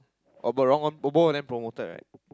oh but wrong one but both of them promoted right